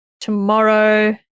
tomorrow